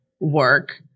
work